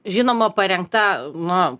žinoma parengta na